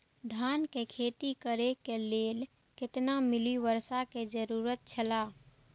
धान के खेती करे के लेल कितना मिली वर्षा के जरूरत छला?